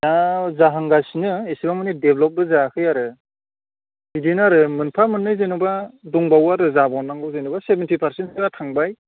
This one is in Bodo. दा जाहांगासिनो एसेबांमानि डेब्लपबो जायाखै आरो बिदिनो आरो मोनफा मोन्नै जेन'बा दंबावो आरो जाबावनांगौ जेन'बा सेभेन्टि पारसेन्टसोआ थांबाय